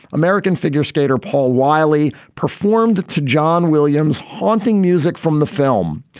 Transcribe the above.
american figure skater paul wiley performed to john williams haunting music from the film.